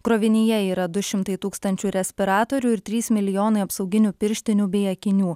krovinyje yra du šimtai tūkstančių respiratorių ir trys milijonai apsauginių pirštinių bei akinių